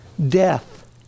Death